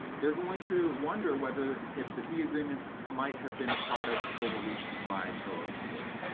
they're going to wonder whether, if the fee agreement might have been the product of overreaching by the lawyer.